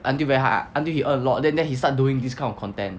until very high until he earn a lot then then he start doing this kind of content